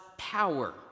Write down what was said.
power